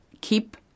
keep